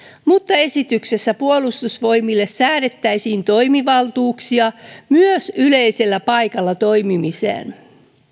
mutta esityksessä puolustusvoimille säädettäisiin toimivaltuuksia myös yleisellä paikalla toimimiseen